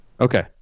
Okay